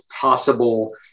possible